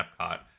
Epcot